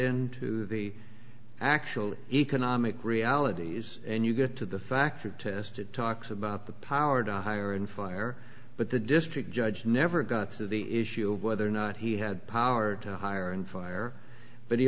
into the actual economic realities and you get to the factor test it talks about the power to hire and fire but the district judge never got to the issue of whether or not he had power to hire and fire but he